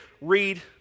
read